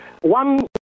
one